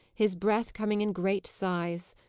his breath coming in great sighs.